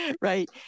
right